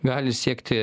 gali siekti